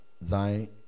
thy